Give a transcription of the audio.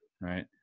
Right